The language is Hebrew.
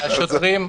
אדוני היושב-ראש,